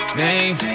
name